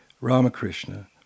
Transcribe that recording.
Ramakrishna